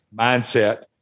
mindset